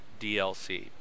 DLC